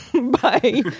Bye